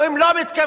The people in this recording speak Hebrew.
והם לא מתכוונים